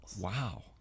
Wow